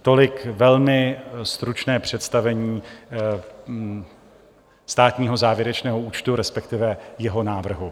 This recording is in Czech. Tolik velmi stručné představení státního závěrečného účtu, respektive jeho návrhu.